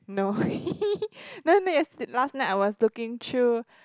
no no no yesterday last night I was looking through